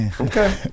Okay